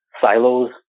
silos